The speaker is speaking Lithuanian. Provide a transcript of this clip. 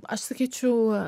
aš sakyčiau